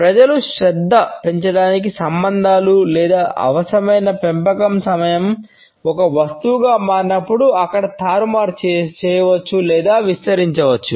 ప్రజలు శ్రద్ధ పెంచడానికి సంబంధాలు లేదా అవసరమైన పెంపకం సమయం ఒక వస్తువుగా మారినప్పుడు అక్కడ తారుమారు చేయవచ్చు లేదా విస్తరించవచ్చు